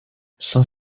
saint